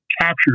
captured